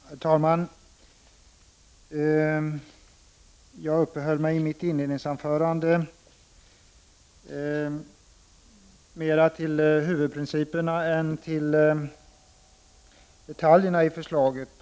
Herr talman! Jag uppehöll mig i mitt inledningsanförande mera vid huvudprinciperna än vid detaljerna i förslaget.